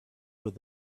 with